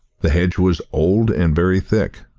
the hedge was old and very thick,